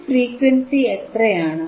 ഈ ഫ്രീക്വൻസി എത്രയാണ്